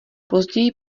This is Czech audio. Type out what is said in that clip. později